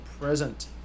present